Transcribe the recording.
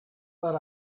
but